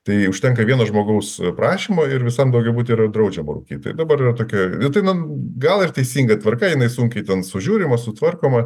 tai užtenka vieno žmogaus prašymo ir visam daugiabuty yra draudžiama rūkyt tai dabar yra tokia tai na gal ir teisinga tvarka jinai sunkiai ten sužiūrima sutvarkoma